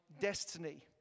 destiny